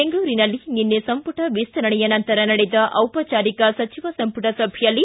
ಬೆಂಗಳೂರಿನಲ್ಲಿ ನಿನ್ನೆ ಸಂಪುಟ ವಿಸ್ತರಣೆಯ ನಂತರ ನಡೆದ ದಿಪಚಾರಿಕ ಸಚಿವ ಸಂಪುಟ ಸಭೆಯಲ್ಲಿ